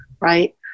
Right